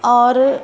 और